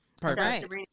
Perfect